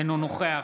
אינו נוכח